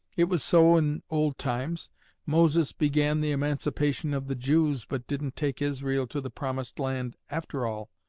it was so in old times moses began the emancipation of the jews, but didn't take israel to the promised land after all.